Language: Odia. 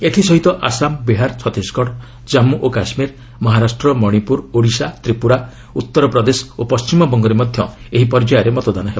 ଏଥିସହିତ ଆସାମ୍ ବିହାର ଛତିଶଗଡ଼ କାମ୍ମୁ ଓ କାଶ୍କୀର ମହାରାଷ୍ଟ୍ର ମଣିପୁର ଓଡ଼ିଶା ତ୍ରିପୁରା ଉତ୍ତରପ୍ରଦେଶ ଓ ପଣ୍ଟିମବଙ୍ଗରେ ମଧ୍ୟ ଏହି ପର୍ଯ୍ୟାୟରେ ମତଦାନ ହେବ